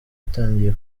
itangiye